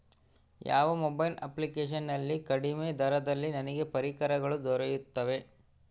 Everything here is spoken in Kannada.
ಯಾವ ಮೊಬೈಲ್ ಅಪ್ಲಿಕೇಶನ್ ನಲ್ಲಿ ಕಡಿಮೆ ದರದಲ್ಲಿ ನನಗೆ ಪರಿಕರಗಳು ದೊರೆಯುತ್ತವೆ?